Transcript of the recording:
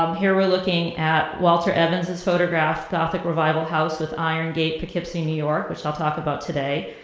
um here we're looking at walter evans's photograph, gothic revival house with iron gate, poughkeepsie, new york, which i'll talk about today.